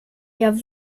jag